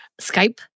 Skype